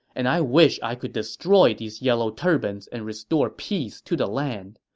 and i wish i could destroy these yellow turbans and restore peace to the land,